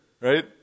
Right